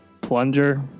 plunger